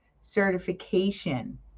certification